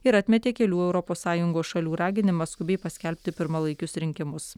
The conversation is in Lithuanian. ir atmetė kelių europos sąjungos šalių raginimą skubiai paskelbti pirmalaikius rinkimus